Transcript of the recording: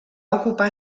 ocupar